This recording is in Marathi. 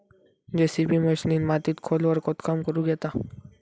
जेसिबी मशिनीन मातीत खोलवर खोदकाम करुक येता